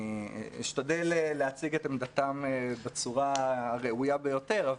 אני אשתדל להציג את עמדתם בצורה הראויה ביותר,